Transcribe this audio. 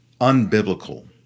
unbiblical